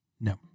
no